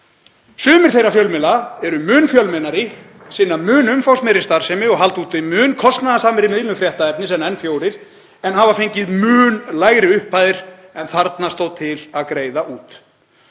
Sumir þeirra fjölmiðla eru mun fjölmennari, sinna mun umfangsmeiri starfsemi og halda úti mun kostnaðarsamari miðlun fréttaefnis en N4, en hafa fengið mun lægri upphæðir en þarna stóð til að greiða út.